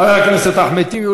חבר הכנסת אחמד טיבי,